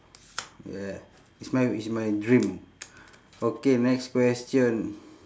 yeah it's my it's my dream okay next question